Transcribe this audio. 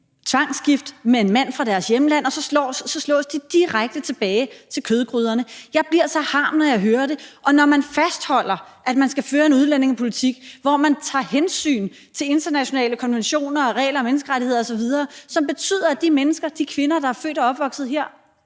tvangsgift med en mand fra deres hjemland, og så slås de direkte tilbage til kødgryderne. Jeg bliver så harm, når jeg hører det. Og når man fastholder, at man skal føre en udlændingepolitik, hvor man tager hensyn til internationale konventioner og regler og menneskerettigheder osv., som betyder, at de mennesker, de kvinder, der er født og opvokset her,